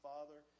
Father